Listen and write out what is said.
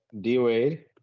D-Wade